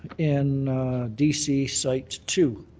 in d c. site two.